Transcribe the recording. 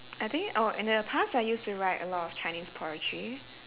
I think oh in the past I used to write a lot of chinese poetry